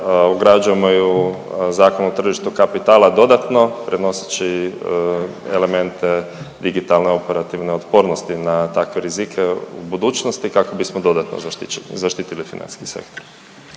ugrađujemo i u Zakon o tržištu kapitala dodatno prenoseći elemente digitalne operativne otpornosti na takve rizike budućnosti kako bismo dodatno zaštitili financijski sektor.